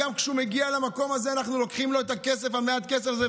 גם כשהוא מגיע למקום הזה אנחנו לוקחים לו את מעט הכסף הזה,